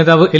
നേതാവ് എൽ